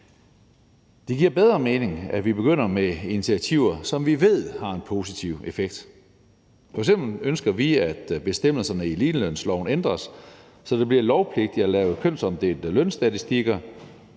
Det giver bedre mening, at vi begynder med initiativer, som vi ved har en positiv effekt. F.eks. ønsker vi, at bestemmelserne i ligelønsloven ændres, så det bliver lovpligtigt at lave kønsopdelte lønstatistikker,